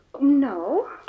No